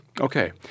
Okay